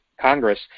Congress